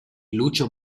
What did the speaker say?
lucio